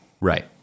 Right